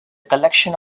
collection